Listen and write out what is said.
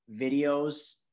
videos